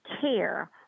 care